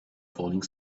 falling